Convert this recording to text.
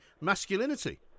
masculinity